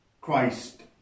Christ